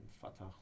Fatah